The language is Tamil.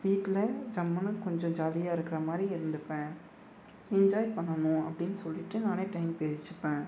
வீட்டில் ஜம்முனு கொஞ்சம் ஜாலியாக இருக்கிற மாதிரி இருந்துப்பேன் என்ஜாய் பண்ணணும் அப்படின்னு சொல்லிட்டு நானே டைம் பேசிப்பேன்